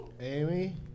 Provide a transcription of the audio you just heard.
Amy